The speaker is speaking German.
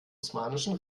osmanischen